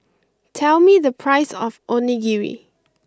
tell me the price of Onigiri